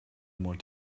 more